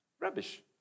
rubbish